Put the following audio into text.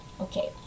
Okay